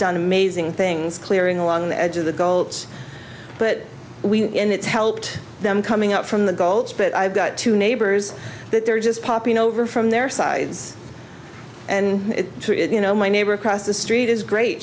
done amazing things clearing along the edge of the goal but we helped them coming up from the gulch but i've got two neighbors that they're just popping over from their sides and you know my neighbor across the street is great